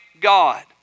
God